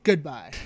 Goodbye